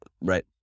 right